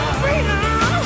freedom